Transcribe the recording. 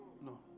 No